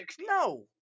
No